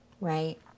Right